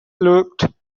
looked